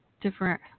different